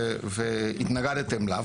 רק התנגדתם לה.